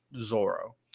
Zoro